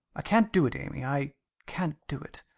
i can't do it, amy i can't do it.